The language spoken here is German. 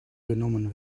genommen